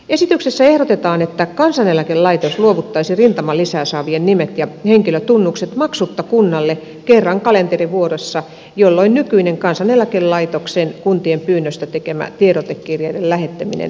esityksessä ehdotetaan että kansaneläkelaitos luovuttaisi rintamalisää saavien nimet ja henkilötunnukset maksutta kunnalle kerran kalenterivuodessa jolloin nykyinen kansaneläkelaitoksen kuntien pyynnöstä tekemä tiedotekirjeiden lähettäminen päättyisi